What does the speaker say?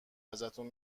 ازتون